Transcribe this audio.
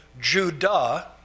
Judah